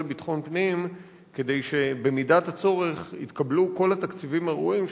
לביטחון פנים כדי שבמידת הצורך יתקבלו כל התקציבים הראויים,